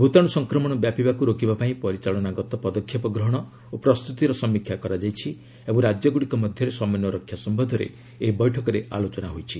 ଭୂତାଣୁ ସଂକ୍ରମଣ ବ୍ୟାପିବାକୁ ରୋକିବାପାଇଁ ପରିଚାଳନଗତ ପଦକ୍ଷେପ ଗ୍ରହଣ ଓ ପ୍ରସ୍ତୁତିର ସମୀକ୍ଷା କରାଯାଇଛି ଏବଂ ରାଜ୍ୟଗୁଡ଼ିକ ମଧ୍ୟରେ ସମନ୍ୱୟ ରକ୍ଷା ସମ୍ଭନ୍ଧରେ ଏହି ବୈଠକରେ ଆଲୋଚନା ହୋଇଛି